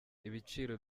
ibiciro